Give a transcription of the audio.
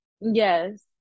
yes